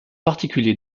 particulier